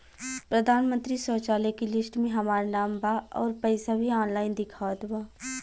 प्रधानमंत्री शौचालय के लिस्ट में हमार नाम बा अउर पैसा भी ऑनलाइन दिखावत बा